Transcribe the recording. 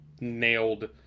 nailed